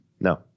No